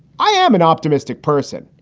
i am an optimistic person.